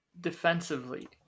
defensively